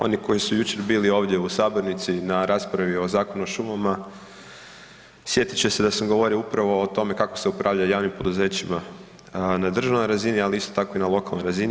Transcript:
Oni koji su jučer bili ovdje u sabornici na raspravi o Zakonu o šumama sjetit će se da sam govorio upravo o tome kako se upravlja javnim poduzećima na državnoj razini, al isto tako i na lokalnoj razini.